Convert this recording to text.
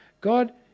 God